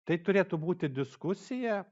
tai turėtų būti diskusija